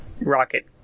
rocket